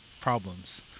problems